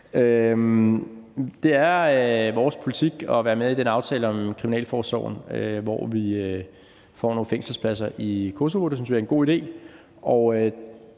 Det er vores politik at være med i den aftale om kriminalforsorgen, hvor vi får nogle fængselspladser i Kosovo – det synes vi er en god idé.